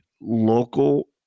local